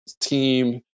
team